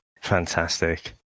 Fantastic